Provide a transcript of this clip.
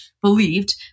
believed